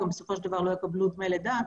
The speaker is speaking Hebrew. ובסופו של דבר לא יקבלו דמי לידה,